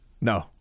No